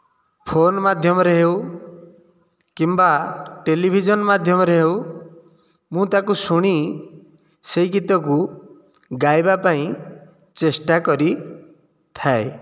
phone ମାଧ୍ୟମରେ ହେଉ କିମ୍ବା ଟେଲିଭିଜନ୍ ମାଧ୍ୟମରେ ହେଉ ମୁଁ ତାକୁ ଶୁଣି ସେଇ ଗୀତକୁ ଗାଇବା ପାଇଁ ଚେଷ୍ଟା କରିଥାଏ